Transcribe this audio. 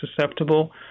susceptible